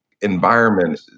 environment